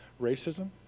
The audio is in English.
racism